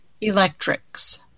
electrics